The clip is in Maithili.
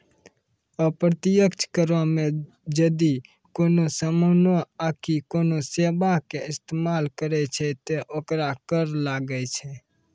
अप्रत्यक्ष करो मे जदि कोनो समानो आकि कोनो सेबा के इस्तेमाल करै छै त ओकरो कर लागै छै